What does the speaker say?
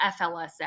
FLSA